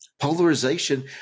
polarization